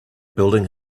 building